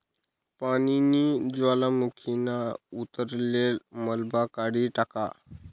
पानीनी ज्वालामुखीना उतरलेल मलबा काढी टाका